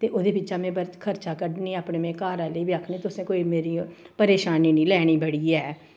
ते ओह्दे बिचा में खर्चा कड्ढनी अपने में घर आह्ले बी आखनी तुसें कोई मेरी ओह् परेशानी निं लैनी बड़ी ऐ